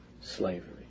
slavery